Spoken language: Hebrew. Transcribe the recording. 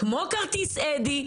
כמו כרטיס אדי.